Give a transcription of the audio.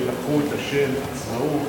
שהם לקחו את השם עצמאות,